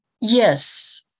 Yes